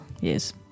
Yes